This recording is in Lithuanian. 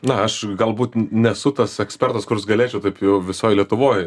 na aš galbūt nesu tas ekspertas kuris galėčiau tokių visoj lietuvoj